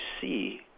see